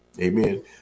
Amen